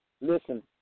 Listen